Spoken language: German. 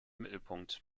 mittelpunkt